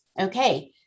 okay